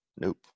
Nope